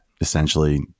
essentially